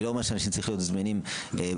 אני לא אומר שאנשים צריכים להיות זמינים בדקות,